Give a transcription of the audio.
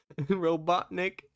Robotnik